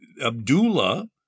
Abdullah